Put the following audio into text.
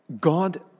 God